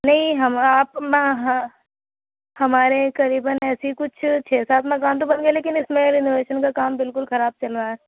نہیں ہم آپ ہمارے قریباً ایسی کچھ چھ سات مکان تو بن گئے لیکن اِس میں رینوویشن کا کام بالکل خراب چل رہا ہے